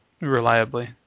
reliably